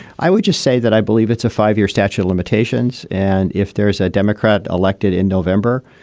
i would just say that i believe it's a five year statute limitations. and if there's a democrat elected in november,